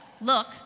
look